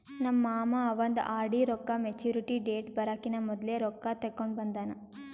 ನಮ್ ಮಾಮಾ ಅವಂದ್ ಆರ್.ಡಿ ರೊಕ್ಕಾ ಮ್ಯಚುರಿಟಿ ಡೇಟ್ ಬರಕಿನಾ ಮೊದ್ಲೆ ರೊಕ್ಕಾ ತೆಕ್ಕೊಂಡ್ ಬಂದಾನ್